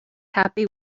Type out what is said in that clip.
happy